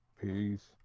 Peace